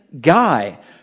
guy